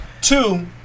Two